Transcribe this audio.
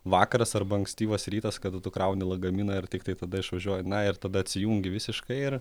vakaras arba ankstyvas rytas kada tu krauni lagaminą ir tiktai tada išvažiuoji na ir tada atsijungi visiškai ir